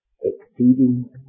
exceeding